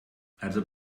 also